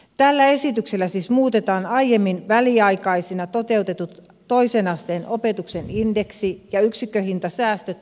tällä esityksellä siis muutetaan aiemmin väliaikaisina toteutetut toisen asteen opetuksen indeksi ja yksikköhintasäästöt pysyviksi